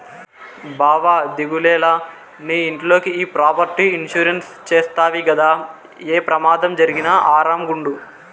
బావా దిగులేల, నీ ఇంట్లోకి ఈ ప్రాపర్టీ ఇన్సూరెన్స్ చేస్తవి గదా, ఏ పెమాదం జరిగినా ఆరామ్ గుండు